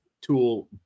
tool